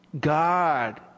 God